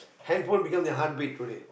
handphone become their heart beat today